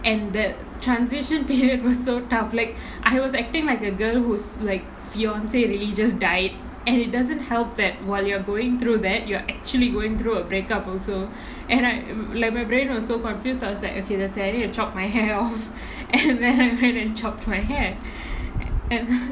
and the transition period was so tough like I was acting like a girl who's like fiancee really just died and it doesn't help that while you're going through that you're actually going through a break up also and I like my brain was so confused I was like okay that's it I need to chop my hair off and then I went and chopped my hair and